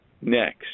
next